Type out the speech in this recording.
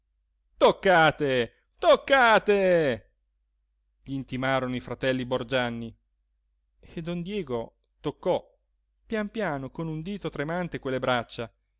toccate toccate gl'intimarono i fratelli borgianni e don diego toccò pian piano con un dito tremante quelle braccia